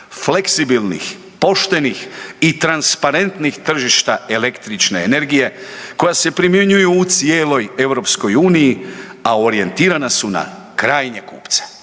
fleksibilnih, poštenih i transparentnih tržišta električne energije koja se primjenjuju u cijeloj EU, a orijentirana su na krajnje kupce.